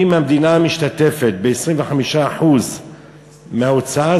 אם המדינה משתתפת ב-25% מההוצאה,